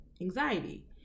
anxiety